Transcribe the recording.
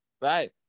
Right